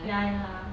ya ya